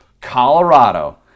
Colorado